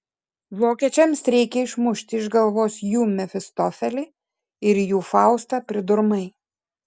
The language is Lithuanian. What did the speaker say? vokiečiams reikia išmušti iš galvos jų mefistofelį ir jų faustą pridurmai